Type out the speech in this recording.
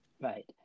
Right